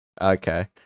Okay